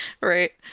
Right